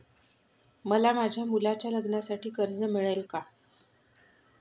मला माझ्या मुलाच्या लग्नासाठी कर्ज मिळेल का?